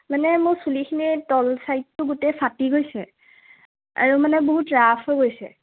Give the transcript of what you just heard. মানে মোৰ চুলিখিনি তলৰ চাইডটো গোটেই ফাটি গৈছে আৰু মানে বহুত ৰাফ হৈ গৈছে